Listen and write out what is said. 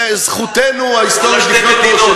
שזכותנו ההיסטורית, שתי מדינות.